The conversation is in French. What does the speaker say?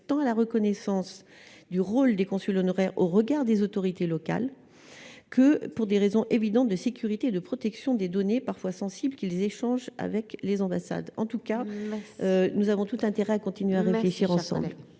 tant à la reconnaissance du rôle des consuls honoraires au regard des autorités locales que pour des raisons évidentes de sécurité et de protection des données parfois sensibles qu'ils échangent avec les ambassades en tout cas, nous avons tout intérêt à continuer à réfléchir ensemble.